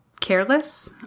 careless